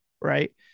right